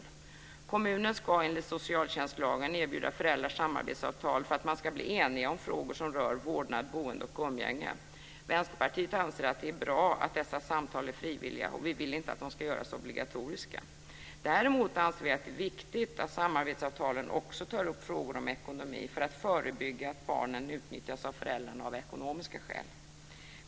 Kommunen ska enligt socialtjänstlagen erbjuda föräldrar samarbetsavtal för att man ska bli eniga om frågor som rör vårdnad, boende och umgänge. Vänsterpartiet anser att det är bra att dessa samtal är frivilliga, och vi vill inte att de ska göras obligatoriska. Däremot anser vi att det är viktigt att samarbetsavtalen också tar upp frågor om ekonomi för att förebygga att barnen utnyttjas av föräldrarna av ekonomiska skäl.